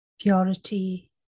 purity